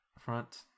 front